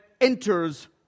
enters